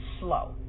Slow